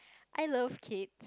I love kids